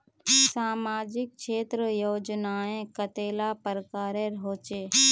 सामाजिक क्षेत्र योजनाएँ कतेला प्रकारेर होचे?